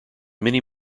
many